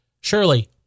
Surely